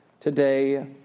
today